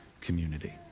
community